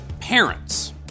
parents